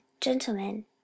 gentlemen